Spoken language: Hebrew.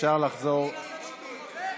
אפשר לחזור למליאה.